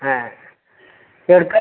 ആ എവിടേക്കാണ് അത്